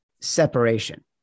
separation